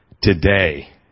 today